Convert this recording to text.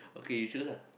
okay you choose lah